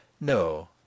No